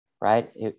right